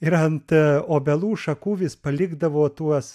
ir ant obelų šakų vis palikdavo tuos